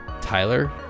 Tyler